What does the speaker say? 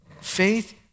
Faith